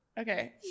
Okay